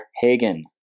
Hagen